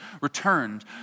returned